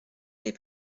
les